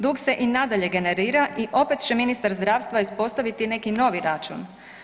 Dug se i nadalje generira i opet će ministar zdravstva ispostaviti neki novi račun.